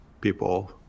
people